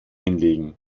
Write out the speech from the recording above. hinlegen